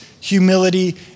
humility